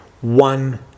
one